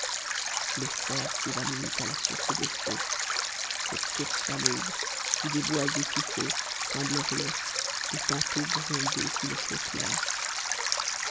le cerf s'évanouit à la source des fées cette source fameuse où des voix étounëes semblent rire et tantôt gronder sous le flot clair